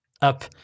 up